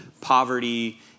poverty